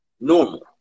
normal